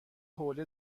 حوله